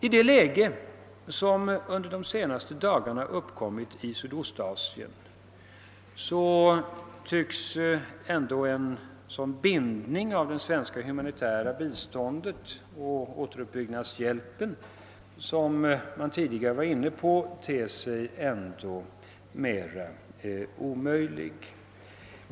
I det läge som under de senaste dagarna uppstått i Sydostasien tycks en sådan bindning av det svenska humanitära biståndet och den svenska återuppbyggnadshjälpen te sig än mer omöjlig.